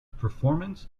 performance